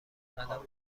قلم